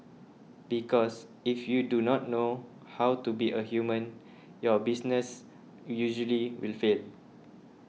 because if you do not know how to be a human your business usually will fail